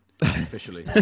officially